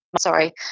sorry